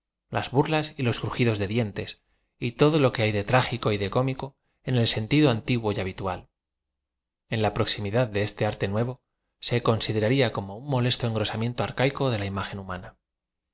las burlas y los crujidos de dientes y todo lo que hay de trágico y de cómico en el sentido antiguo y habitual en la proxim idad de eate arte nuevo se considerarla como un molesto engrosamiento arcaico de la im agen humana